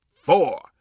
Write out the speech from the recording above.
four